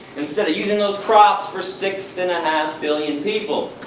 instead of using those crops for six and a half billion people.